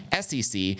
SEC